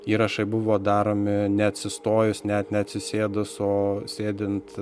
įrašai buvo daromi neatsistojus net ne atsisėdus o sėdint